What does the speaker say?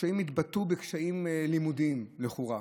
הקשיים התבטאו בקשיים לימודיים לכאורה.